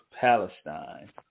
Palestine